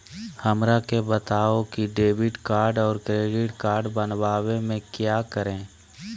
हमरा के बताओ की डेबिट कार्ड और क्रेडिट कार्ड बनवाने में क्या करें?